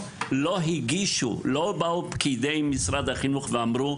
לא באו פקידי משרד החינוך ואמרו: